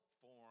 form